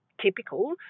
typical